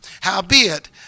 howbeit